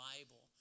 Bible